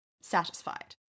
satisfied